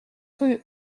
rue